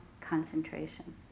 concentration